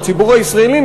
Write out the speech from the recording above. הציבור הישראלי,